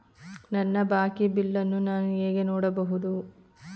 ನನ್ನ ಬಾಕಿ ಬಿಲ್ ಅನ್ನು ನಾನು ಹೇಗೆ ನೋಡಬಹುದು?